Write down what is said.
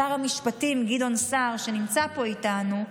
שר המשפטים גדעון סער, שנמצא פה איתנו,